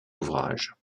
ouvrages